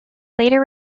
later